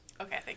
Okay